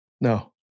No